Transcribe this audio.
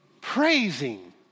praising